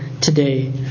today